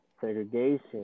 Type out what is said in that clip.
segregation